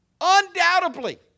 undoubtedly